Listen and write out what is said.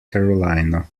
carolina